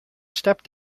stepped